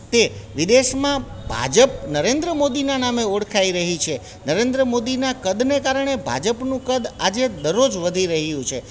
તે વિદેશમાં ભાજપ નરેન્દ્ર મોદીના નામે ઓળખાઈ રહી છે નરેન્દ્ર મોદીના કદને કારણે ભાજપનું કદ આજે દરરોજ વધી રહ્યું છે